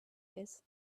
this